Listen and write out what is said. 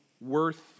worth